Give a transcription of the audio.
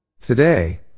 Today